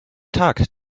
tag